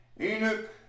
Enoch